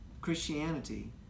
Christianity